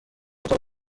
اتاق